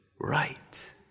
right